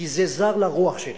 כי זה זר לרוח שלי.